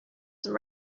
some